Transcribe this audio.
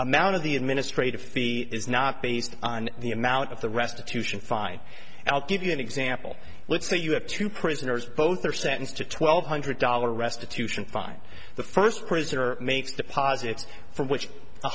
amount of the administrative fee is not based on the amount of the restitution fine and i'll give you an example let's say you have two prisoners both are sentenced to twelve hundred dollars restitution fine the first prisoner makes deposits from which